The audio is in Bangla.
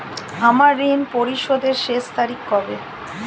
আমার ঋণ পরিশোধের শেষ তারিখ কবে?